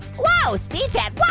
whoa speed tap.